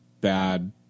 bad